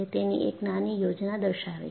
તેની એક નાની યોજના દર્શાવે છે